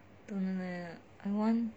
don't know leh I want